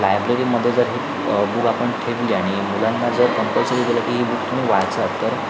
लायब्ररीमध्ये जर ही बुक आपण ठेवली आणि मुलांना जर कंपल्सरी केलं की ही बुक तुम्ही वाचा तर